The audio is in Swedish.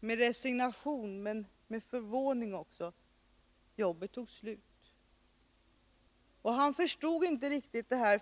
med resignation, men med förvåning också: Jobbet tog slut. Han förstod inte riktigt det här.